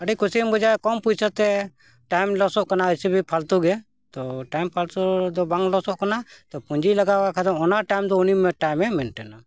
ᱟᱹᱰᱤ ᱠᱩᱥᱤᱢ ᱵᱩᱡᱟ ᱠᱚᱢ ᱯᱚᱭᱥᱟᱛᱮ ᱴᱟᱭᱤᱢ ᱞᱚᱥᱚᱜ ᱠᱟᱱᱟ ᱮᱥᱤᱵᱤ ᱯᱷᱟᱹᱞᱛᱩᱜᱮ ᱛᱚ ᱴᱟᱭᱤᱢ ᱯᱷᱟᱹᱞᱛᱩ ᱫᱚ ᱵᱟᱝ ᱞᱚᱥᱚᱜ ᱠᱟᱱᱟ ᱛᱚ ᱯᱩᱸᱡᱤ ᱞᱟᱜᱟᱣ ᱠᱷᱟᱡ ᱚᱱᱟ ᱴᱟᱭᱤᱢ ᱫᱚ ᱩᱱᱤ ᱴᱟᱭᱤᱢᱮ ᱢᱮᱱᱴᱮᱱᱟ